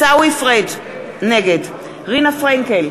נגד רינה פרנקל,